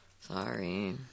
Sorry